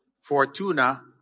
Fortuna